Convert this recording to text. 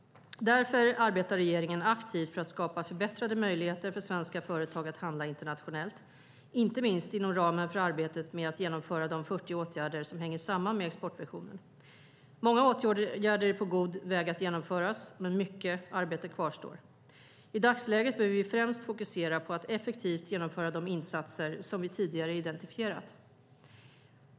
Därför arbetar regeringen aktivt för att skapa förbättrade möjligheter för svenska företag att handla internationellt, inte minst inom ramen för arbetet med att genomföra de 40 åtgärder som hänger samman med exportvisionen. Många åtgärder är på god väg att genomföras, men mycket arbete kvarstår. I dagsläget behöver vi främst fokusera på att effektivt genomföra de insatser som vi tidigare identifierat.